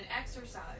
exercise